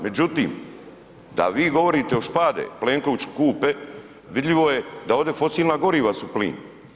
Međutim, da vi govorite o špade, Plenković u kupe vidljivo je da su ovdje fosilna goriva plin.